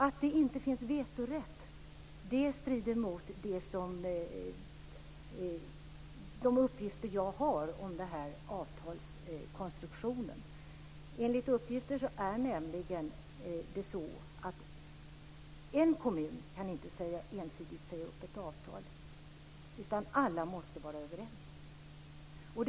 Att det inte finns vetorätt strider mot de uppgifter jag har om avtalskonstruktionen. Enligt uppgifter är det nämligen så att en kommun inte ensidigt kan säga upp ett avtal. Alla måste vara överens.